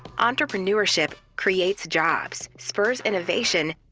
entrepreneurship creates jobs, spurs innovation,